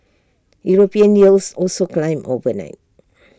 european yields also climbed overnight